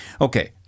Okay